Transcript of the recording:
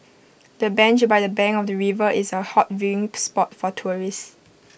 the bench by the bank of the river is A hot viewing spot for tourists